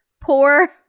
Poor